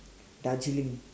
Darjeeling